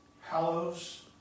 Hallows